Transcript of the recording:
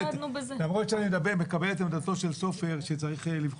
למרות שאני מקבל את עמדתו של סופר שצריך לבחון